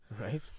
Right